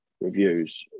reviews